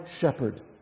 shepherd